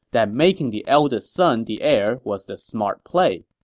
that making the eldest son the heir was the smart play,